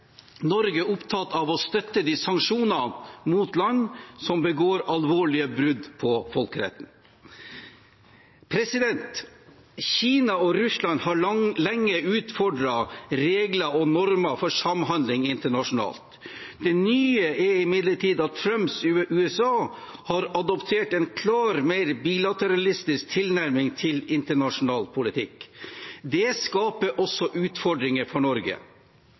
Norge opptatt av å støtte sanksjonene mot land som begår alvorlige brudd på folkeretten. Kina og Russland har lenge utfordret regler og normer for samhandling internasjonalt. Det nye er imidlertid at Trumps USA har adoptert en klart mer bilateralistisk tilnærming til internasjonal politikk. Det skaper også utfordringer for Norge.